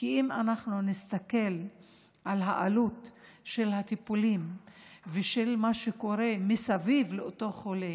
כי אם אנחנו נסתכל על העלות של הטיפולים ושל מה שקורה מסביב לאותו חולה